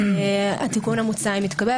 התיקון הומצע אם יתקבל,